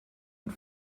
und